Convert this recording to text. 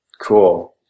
Cool